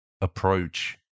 approach